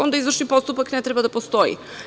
Onda izvršni postupak ne treba da postoji.